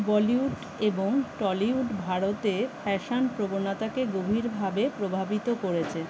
বলিউড এবং টলিউড ভারতে ফ্যাশান প্রবণতাকে গভীরভাবে প্রভাবিত করেছে